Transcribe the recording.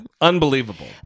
Unbelievable